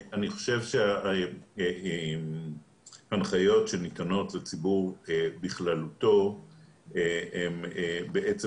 הנחיות שניתנות לציבור בכללותו בעצם